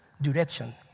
direction